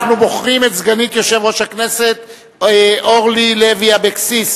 אנחנו בוחרים את סגנית יושב-ראש הכנסת אורלי לוי אבקסיס.